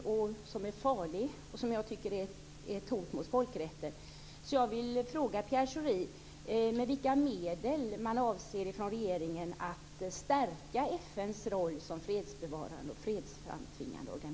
Den är farlig och ett hot mot folkrätten.